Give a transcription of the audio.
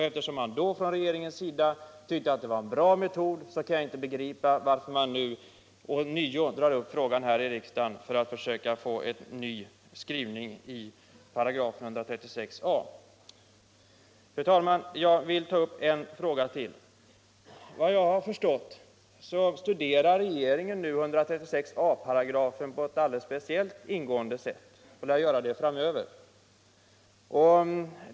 Eftersom man då från regeringens sida tyckte att det var en bra metod, kan jag inte begripa varför man ånyo drar upp frågan här i riksdagen för att försöka få en ny skrivning i 136 a §. Fru talman! Jag skall ta upp ytterligare en fråga. Efter vad jag har förstått studerar regeringen nu 136 a § på ett alldeles speciellt ingående sätt och lär göra det framöver.